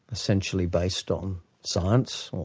essentially based on science,